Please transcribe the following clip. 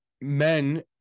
men